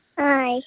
Hi